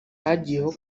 hagiyeho